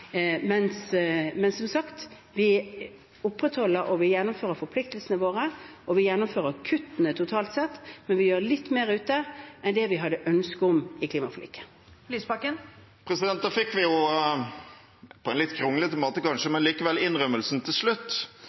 Som sagt, vi opprettholder og gjennomfører forpliktelsene våre, og vi gjennomfører kuttene totalt sett, men vi gjør litt mer ute enn det vi hadde ønske om i klimaforliket. Da fikk vi jo likevel, på en litt kronglete måte, kanskje, innrømmelsen til slutt.